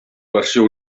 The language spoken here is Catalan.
versió